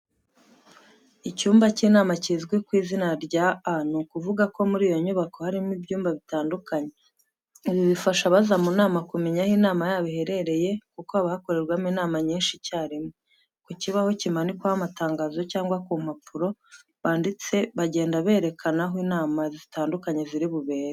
Icyumba cy'inama kizwi ku izina rya A ni ukuvuga ko muri iyi nyubako harimo ibyumba bitandukanye, ibi bifasha abaza mu nama kumenya aho inama yabo iherereye kuko haba hakorerwa inama nyinshi icyarimwe. Ku kibaho kimanikwaho amatangazo cyangwa ku mpapuro, banditse bagenda berekana aho inama zitandukanye ziri kubera.